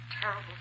terrible